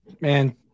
man